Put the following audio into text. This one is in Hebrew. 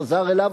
הוא חזר אליו,